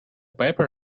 paper